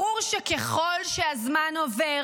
ברור שככל שהזמן עובר